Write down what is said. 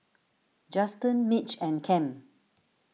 Justen Mitch and Kem